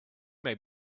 may